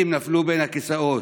הסטודנטים נפלו בין הכיסאות.